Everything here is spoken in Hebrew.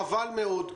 חבל מאוד.